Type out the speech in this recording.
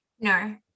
No